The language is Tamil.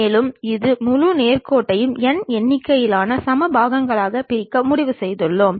மேலும் இந்த முழு நேர் கோட்டையும் n எண்ணிக்கையிலான சம பாகங்களாக பிரிக்க முடிவு செய்துள்ளோம்